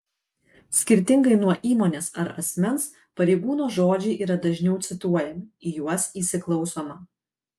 skirtingai nuo įmonės ar asmens pareigūno žodžiai yra dažniau cituojami į juos įsiklausoma